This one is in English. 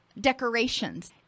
decorations